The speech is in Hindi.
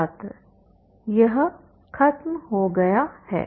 छात्र यह खत्म हो गया है